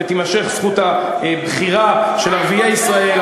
ותימשך זכות הבחירה של ערביי ישראל,